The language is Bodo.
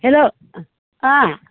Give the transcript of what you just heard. हेल्ल' अ